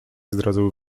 zdradzał